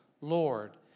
Lord